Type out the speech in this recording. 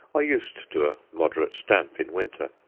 are used to a moderate damp in winter.